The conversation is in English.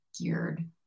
geared